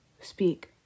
speak